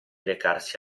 recarsi